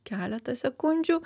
keletą sekundžių